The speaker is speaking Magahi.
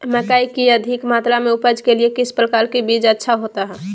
मकई की अधिक मात्रा में उपज के लिए किस प्रकार की बीज अच्छा होता है?